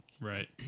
Right